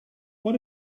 what